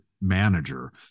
manager